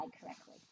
correctly